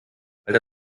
weil